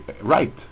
right